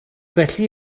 felly